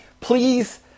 Please